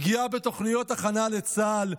פגיעה בתוכניות הכנה לצה"ל,